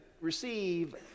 receive